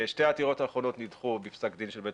שני העתירות האחרונות נדחו בפסק דין של בית